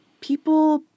people